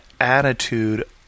attitude